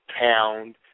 pound